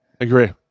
Agree